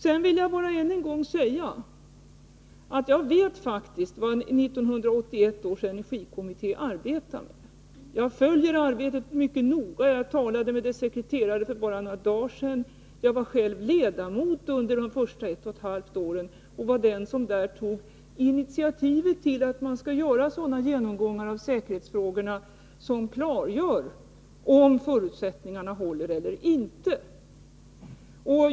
Sedan vill jag bara än en gång säga att jag faktiskt vet vad 1981 års energikommitté arbetar med. Jag följer arbetet mycket noga, och jag talade med dess sekreterare för bara några dagar sedan. Jag var själv ledamot under de första 1,5 åren och var den som där tog initiativet till att man skall göra sådana genomgångar av säkerhetsfrågorna som klargör om förutsättningarna håller eller inte.